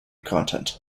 content